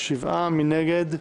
מי נגד?